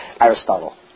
Aristotle